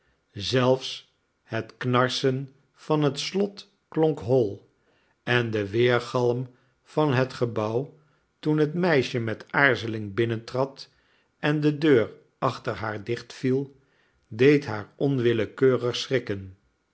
zelfs het knarsen van het slot klonk hoi en de weergalm van het gebouw toen hetmeisje met aarzeling binnentrad en de deur achter haar dicht viel deed haar onwillekeurig schrikken